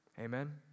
Amen